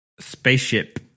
Spaceship